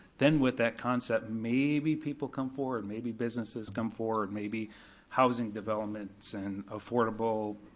then with that concept, maybe people come forward, maybe businesses come forward, maybe housing developments and affordable,